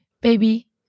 Baby